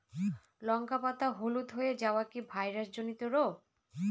লঙ্কা পাতা হলুদ হয়ে যাওয়া কি ভাইরাস জনিত রোগ?